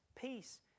peace